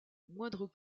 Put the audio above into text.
moindre